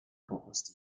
pocos